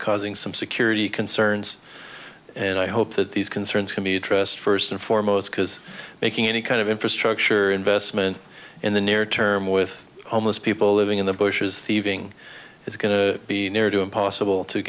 causing some security concerns and i hope that these concerns can be addressed first and foremost because making any kind of infrastructure investment in the near term with homeless people living in the bush is thieving it's going to be near to impossible to